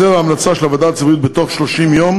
ולכן,